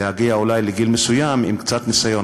להגיע אולי לגיל מסוים עם קצת ניסיון,